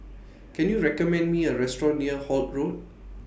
Can YOU recommend Me A Restaurant near Holt Road